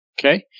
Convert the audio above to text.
Okay